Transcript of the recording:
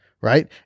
right